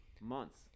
months